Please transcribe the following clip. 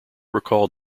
recall